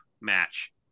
match